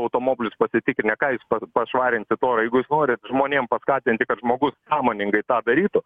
automobilius pasitikrinę ką pašvarinsit orą jeigu jūs norit žmonėm paskatinti kad žmogus sąmoningai tą darytų